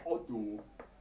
how to